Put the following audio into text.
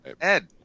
Ed